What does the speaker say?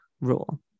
rule